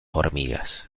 hormigas